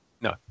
No